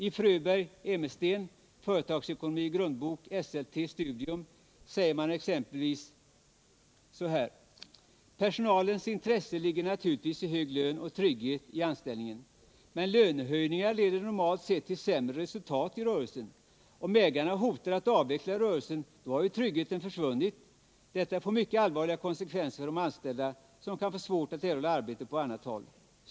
I Fröberg-Emestens Företagsekonomi-Grundbok, Esselte Studium, säger exempelvis författarna: Personalens intresse ligger naturligtvis i hög lön och trygghet i anställningen. Men lönehöjningar leder normalt sett till sämre resultat i rörelsen. Om ägarna hotar att avveckla rörelsen har ju tryggheten försvunnit. Detta får mycket allvarliga konsekvenser för de anställda som kan få svårt att erhålla arbete på annat håll.